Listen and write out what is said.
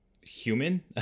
human